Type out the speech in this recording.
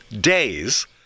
days